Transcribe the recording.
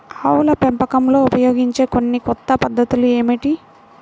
ఆవుల పెంపకంలో ఉపయోగించే కొన్ని కొత్త పద్ధతులు ఏమిటీ?